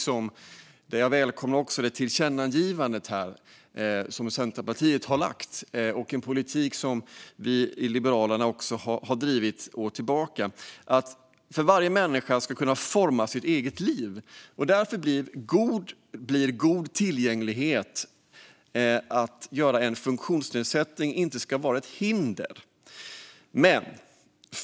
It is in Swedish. Där välkomnar jag det förslag till tillkännagivande som Centerpartiet lagt fram. Det är en politik som vi i Liberalerna också har drivit under åren. Varje människa ska kunna forma sitt eget liv, och god tillgänglighet blir därför att göra så att en funktionsnedsättning inte blir ett hinder.